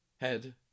head